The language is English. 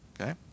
okay